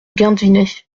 gindinet